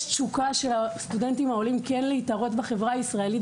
יש תשוקה של הסטודנטים הישראלים להתערות בחברה הישראלית